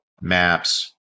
maps